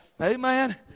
Amen